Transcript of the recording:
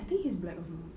I think he's black you know